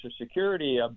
Security